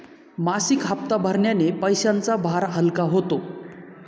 मासिक हप्ता भरण्याने पैशांचा भार हलका होतो